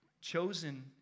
chosen